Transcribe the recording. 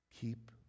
Keep